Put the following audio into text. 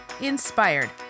Inspired